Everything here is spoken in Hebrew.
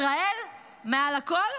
ישראל מעל הכול,